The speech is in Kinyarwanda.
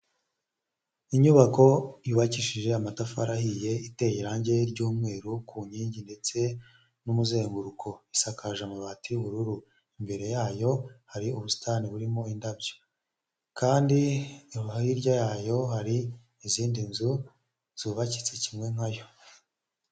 Inyubako yubakishije amatafari ahiye iteye irangi ry'umweru ku nkingi ndetse n'umuzenguruko, isakaje amabati y'ubururu imbere yayo hari ubusitani burimo indabyo kandi harya yayo hari izindi nzu zubakitse kimwe nka yo.